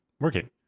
working